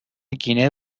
گینه